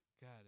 god